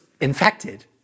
infected